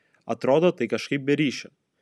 atrodo tai kažkaip be ryšio